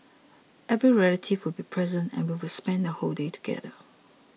every relative would be present and we would spend the whole day together